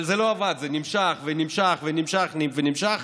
אבל זה לא עבד, זה נמשך, ונמשך, ונמשך,